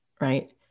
right